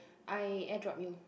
I airdrop you